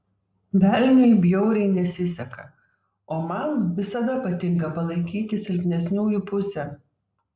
velniui bjauriai nesiseka o man visada patinka palaikyti silpnesniųjų pusę